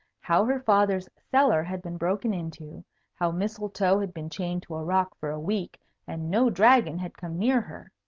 how her father's cellar had been broken into how mistletoe had been chained to a rock for a week and no dragon had come near her.